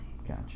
Gotcha